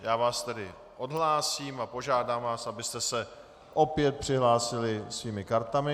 Já vás tedy odhlásím a požádám vás, abyste se opět přihlásili svými kartami.